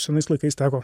senais laikais teko